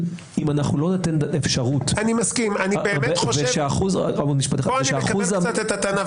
אם אנחנו לא ניתן אפשרות --- אני מקבל קצת את הטענה.